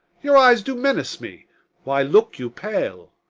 your eyes do menace me why look you pale?